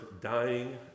dying